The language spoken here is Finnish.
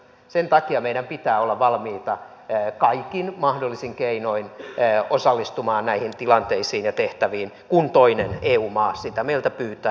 sen takia meidän pitää olla valmiita kaikin mahdollisin keinoin osallistumaan näihin tilanteisiin ja tehtäviin kun toinen eu maa sitä meiltä pyytää